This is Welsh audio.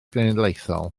genedlaethol